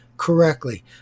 correctly